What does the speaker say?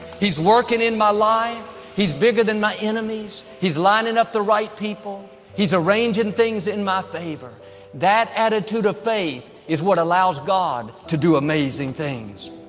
he's working in my life. life. he's bigger than my enemies. he's lining up the right people he's arranging things in my favor that attitude of faith is what allows god to do amazing things